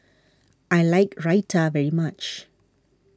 I like Raita very much